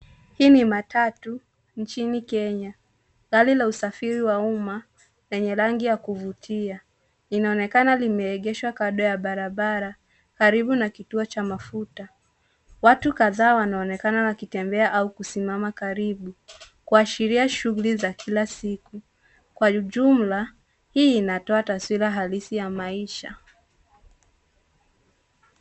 Hii ni matatu nchini Kenya, gari la usafiri wa umma lenye rangi ya kuvutia. Inaonekana limeegeshwa kando ya barabara karibu na kituo cha mafuta. Watu kadhaa wanaonekana wakitembea au kusimama karibu kuashiria shughuli za kila siku. Kwa jumla hii inatoa taswira halisi ya maisha.